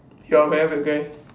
you are very weird guy